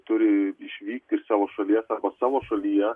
turi išvykti iš savo šalies arba savo šalyje